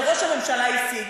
זה ראש הממשלה השיג.